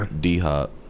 D-Hop